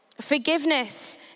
Forgiveness